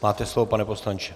Máte slovo, pane poslanče.